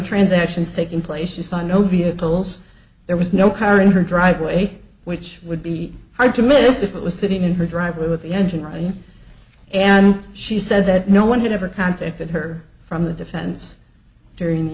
transactions taking place you saw no vehicles there was no car in her driveway which would be hard to miss if it was sitting in her driveway with the engine running and she said that no one had ever contacted her from the defense during the